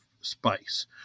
spice